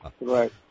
Right